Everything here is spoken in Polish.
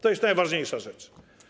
To jest najważniejsza rzecz.